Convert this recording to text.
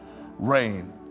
rain